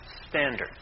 standard